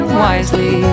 wisely